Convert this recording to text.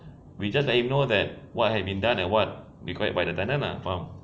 we just let him know that what have been done and what required by the tenant ah faham